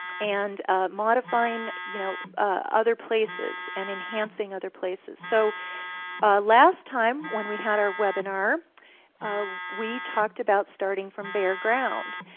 and ah modifying you know other places and enhancing other places. so last time when we had our webinar ah we talked about starting from bare ground.